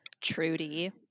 Trudy